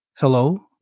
Hello